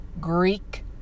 Greek